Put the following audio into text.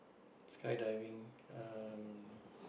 skydiving um